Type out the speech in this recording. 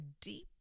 deep